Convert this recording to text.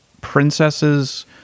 princesses